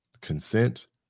consent